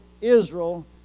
Israel